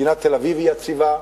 מדינת תל-אביב היא יציבה,